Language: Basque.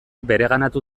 bereganatu